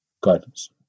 guidance